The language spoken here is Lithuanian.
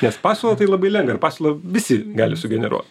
nes pasiūlą tai labai lengva ir pasiūlą visi gali sugeneruot